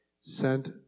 sent